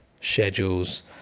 schedules